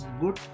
good